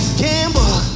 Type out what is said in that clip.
gamble